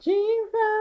Jesus